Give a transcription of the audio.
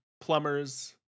plumbers